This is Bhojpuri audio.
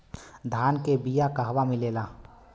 धान के बिया कहवा मिलेला?